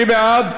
מי בעד?